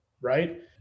right